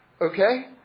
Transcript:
Okay